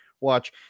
watch